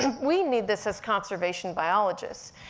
and we need this as conservation biologists.